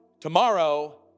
tomorrow